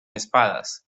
espadas